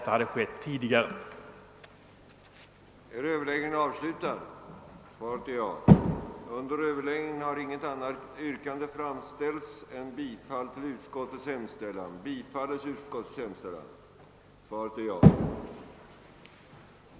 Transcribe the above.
Dessa har avsett regeringens praxis såväl i ämnen av principiell natur som beträffande handläggningen av ärenden inom särskilda sakområden. Bl.a. har handläggningen vid statens förvärv av aktier i AB Kabi och Apoteksvarucentralen Vitrum Apotekare AB samt Uddcomb Sweden AB granskats av utskottet. Utskottet finner att riksdagens behandling av dessa ärenden blivit mera formell än reell till följd av regeringens föregående åtgärder och finner detta anmärkningsvärt.